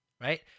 right